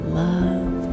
love